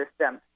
system